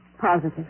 Positive